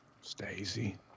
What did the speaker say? Stacey